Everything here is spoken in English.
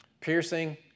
Piercing